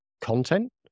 content